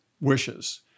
wishes